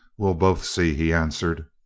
we'll both see, he answered.